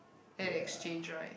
had to exchange right